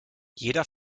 jeder